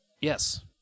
Yes